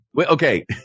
Okay